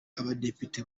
abadepite